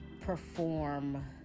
perform